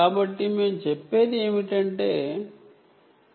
కాబట్టి మీకు మేము చెప్పేది ఏమిటంటే ప్రాథమికంగా E మరియు M ఉన్నాయి